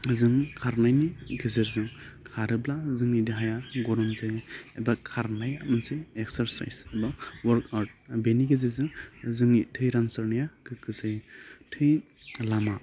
जों खारनायनि गेजेरजों खारोब्ला जोंनि देहाया गरम जायो एबा खारनाया मोनसे एकसारसाइस बा अवार्कआउट बेनि गेजेरजोंन जोंनि थै रानसारनाया गोग्गो जायो थै लामा